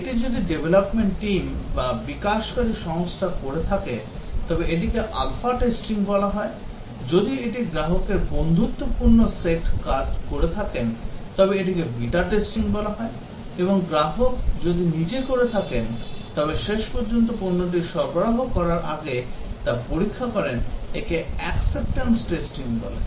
এটি যদি development team বা বিকাশকারী সংস্থা করে তবে এটিকে আলফা টেস্টিং বলা হয় যদি এটি গ্রাহকের বন্ধুত্বপূর্ণ set করেন তবে এটিকে বিটা টেস্টিং বলে এবং যদি গ্রাহক করে থাকেন হয় তবে শেষ পর্যন্ত পণ্যটি সরবরাহ করার আগে তা পরীক্ষা করেন একে acceptance testing বলে